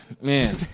man